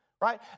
right